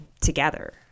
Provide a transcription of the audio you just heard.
together